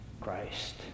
Christ